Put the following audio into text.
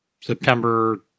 September